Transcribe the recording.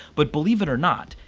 but, believe it or not,